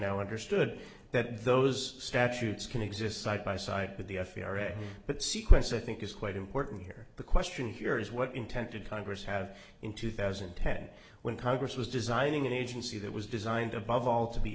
now understood that those statutes can exist side by side with the f e r s but sequence i think is quite important here the question here is what intent did congress have in two thousand and ten when congress was designing an agency that was designed above all to be